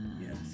Yes